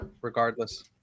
regardless